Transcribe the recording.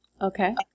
Okay